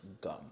gum